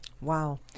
Wow